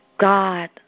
God